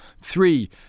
Three